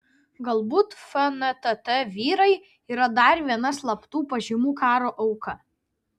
galbūt fntt vyrai yra dar viena slaptų pažymų karo auka